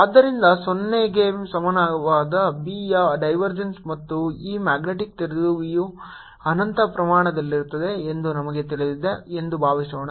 ಆದ್ದರಿಂದ 0 ಗೆ ಸಮಾನವಾದ B ಯ ಡೈವರ್ಜೆನ್ಸ್ ಮತ್ತು ಈ ಮ್ಯಾಗ್ನೆಟಿಕ್ ದ್ವಿಧ್ರುವಿಯು ಅನಂತ ಪ್ರಮಾಣದಲ್ಲಿರುತ್ತದೆ ಎಂದು ನಮಗೆ ತಿಳಿದಿದೆ ಎಂದು ಭಾವಿಸೋಣ